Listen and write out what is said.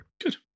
Good